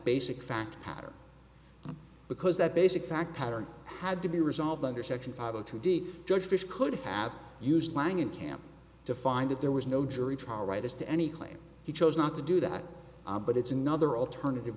basic fact pattern because that basic fact pattern had to be resolved under section five a two d judge fish could have used lying in camp to find that there was no jury trial right as to any claim he chose not to do that but it's another alternative